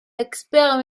experts